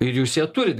ir jūs ją turit